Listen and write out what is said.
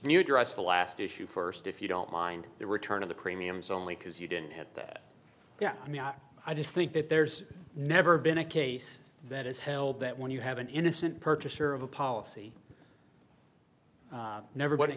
address the last issue first if you don't mind the return of the premiums only because you didn't have that yeah i mean i just think that there's never been a case that is held that when you have an innocent purchaser of a policy never